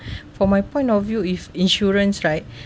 for my point of view if insurance right